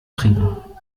trinken